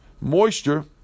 moisture